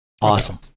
Awesome